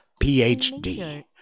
phd